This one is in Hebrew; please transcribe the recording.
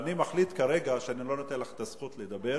ואני מחליט כרגע שאני לא נותן לך את הזכות לדבר,